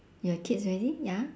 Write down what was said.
your kids already ya